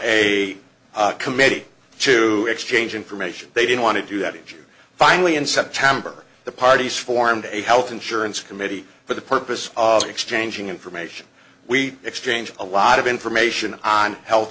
a committee to exchange information they didn't want to do that injured finally in september the parties formed a health insurance committee for the purpose of exchanging information we exchanged a lot of information on health